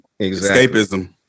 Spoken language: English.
escapism